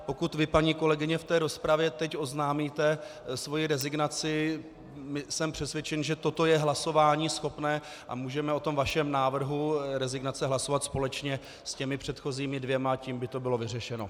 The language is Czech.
Pokud vy, paní kolegyně, v rozpravě teď oznámíte svoji rezignaci, jsem přesvědčen, že toto je hlasováníschopné a můžeme o vašem návrhu rezignace hlasovat společně s předchozími dvěma, a tím by to bylo vyřešeno.